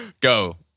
Go